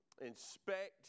inspect